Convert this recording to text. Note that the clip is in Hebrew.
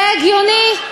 זה הגיוני?